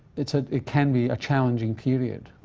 it ah it can be a challenging period.